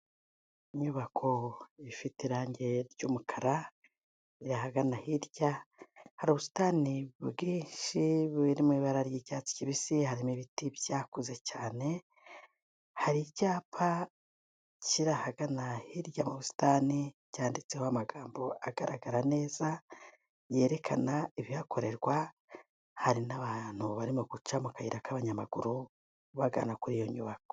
Inyubako ifite irange ry'umukara, iri ahagana hirya hari ubusitani bwinshi burimo ibara ry'icyatsi kibisi, harimo ibiti byakuze cyane, hari icyapa kiri ahagana hirya mu busitani cyanditseho amagambo agaragara neza yerekana ibihakorerwa, hari n'abantu barimo guca mu kayira k'abanyamaguru bagana kuri iyo nyubako.